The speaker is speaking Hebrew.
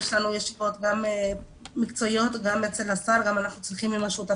ישיבות מקצועיות וגם עם השר.